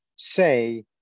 Say